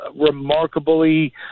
remarkably